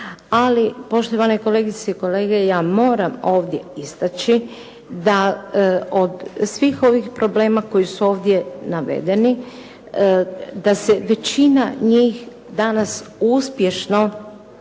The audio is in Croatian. Ali, poštovane kolegice i kolege, ja moram ovdje istaći da od svih ovih problema koji su ovdje navedeni da se većina njih danas uspješno